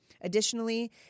Additionally